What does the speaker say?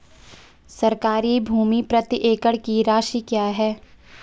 सरकारी भूमि प्रति एकड़ की राशि क्या है?